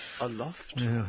Aloft